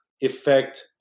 effect